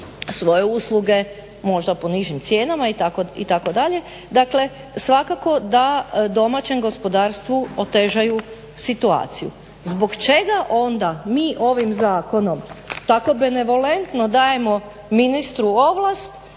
svoje usluge možda po nižim cijenama itd., dakle svakako domaćem gospodarstvu otežaju situaciju. Zbog čega onda mi ovim zakonom tako benevolentno dajemo ministru ovlast